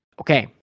Okay